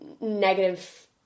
negative